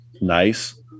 nice